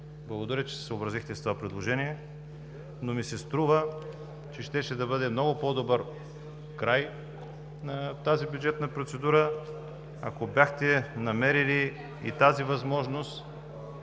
Благодаря, че се съобразихте с това предложение, но ми се струва, че щеше да бъде много по-добър край на тази бюджетна процедура, ако бяхте намерили и тази възможност